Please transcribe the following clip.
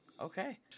Okay